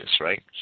right